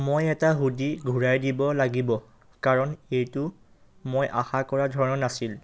মই এটা হুডি ঘূৰাই দিব লাগিব কাৰণ এইটো মই আশা কৰা ধৰণৰ নাছিল